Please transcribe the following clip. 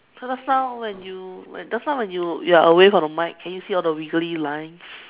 cause just now when you when you just now when you you are away from the mic can you see all the wiggly lines